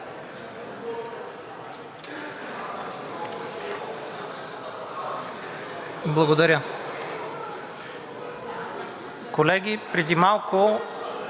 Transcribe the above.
Благодаря.